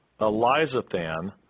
Elizathan